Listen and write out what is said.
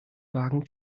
wagen